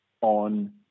on